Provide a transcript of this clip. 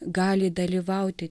gali dalyvauti